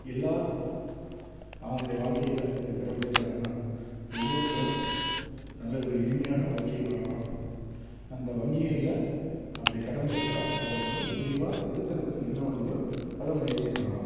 எல்லாரும் அவங்களுடைய வாழ்க்கையில் இதை கடைப்பிடிச்சாங்கன்னா ஒவ்வொருத்தரும் நல்ல ஒரு இனிமையான வாழ்க்கையை வாழலாம் அந்த வங்கிகளில் அப்படி கடன் பெற்றால் அதை வந்து விரைவாக செலுத்துறதுக்கு என்ன வழியோ அதை முயற்சி பண்ணலாம்